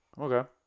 Okay